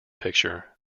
picture